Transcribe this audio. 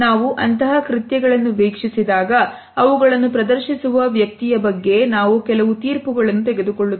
ನಾವು ಅಂತಹ ಕೃತ್ಯಗಳನ್ನು ವೀಕ್ಷಿಸಿದಾಗ ಅವುಗಳನ್ನು ಪ್ರದರ್ಶಿಸುವ ವ್ಯಕ್ತಿಯ ಬಗ್ಗೆ ನಾವು ಕೆಲವು ತೀರ್ಪುಗಳನ್ನು ತೆಗೆದುಕೊಳ್ಳುತ್ತೇವೆ